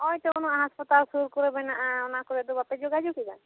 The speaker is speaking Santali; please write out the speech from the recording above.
ᱦᱚᱜ ᱚᱭᱛᱚ ᱱᱩᱱᱟᱹᱜ ᱦᱟᱥᱯᱟᱛᱟᱞ ᱥᱩᱨᱠᱚᱨᱮ ᱢᱮᱱᱟᱜᱼᱟ ᱚᱱᱟ ᱠᱚᱨᱮ ᱫᱚ ᱵᱟᱯᱮ ᱡᱳᱜᱟᱡᱳᱜ ᱮᱫᱟ